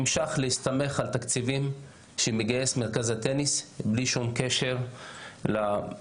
הוא מסתמך על תקציבים שמגייס מרכז הטניס בלי שום קשר לכנסת,